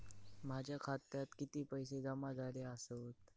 माझ्या खात्यात किती पैसे जमा झाले आसत?